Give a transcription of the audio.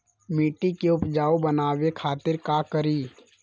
मिट्टी के उपजाऊ बनावे खातिर का करी?